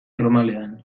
normalean